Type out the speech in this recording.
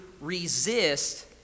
resist